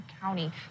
County